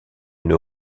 une